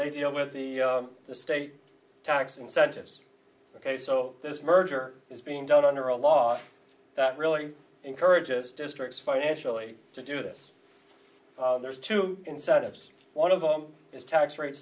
they deal with the the state tax incentives ok so this merger is being done under a law that really encourages districts financially to do this there's two incentives one of them is tax rate